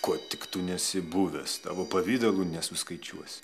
kuo tik tu nesi buvęs tavo pavidalų nesuskaičiuosi